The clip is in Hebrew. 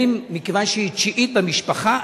מכיוון שהיא תשיעית במשפחה,